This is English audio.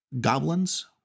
goblins